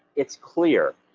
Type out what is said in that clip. it's clear.